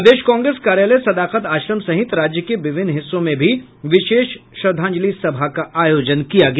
प्रदेश कांग्रेस कार्यालय सदाकत आश्रम सहित राज्य के विभिन्न हिस्सों में भी विशेष श्रद्धांजलि सभा का आयोजन किया गया